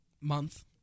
month